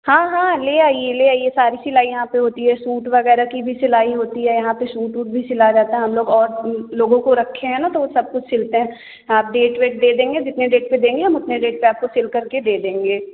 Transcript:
हाँ हाँ ले आइए ले आइए सारी सिलाई यहाँ पे होती है सूट वगैरह की भी सिलाई होती है यहाँ पे सूट वूट भी सिला जाता है हम लोग और लोगों को रखे हैं ना तो वो सब कुछ सिलते हैं आप डेट वेट दे देंगे जितने डेट पे देंगे हम उतने डेट पे आपको सिलकर दे देंगे